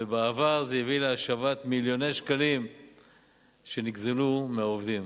ובעבר זה הביא להשבת מיליוני שקלים שנגזלו מהעובדים.